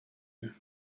you